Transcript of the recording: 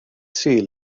sul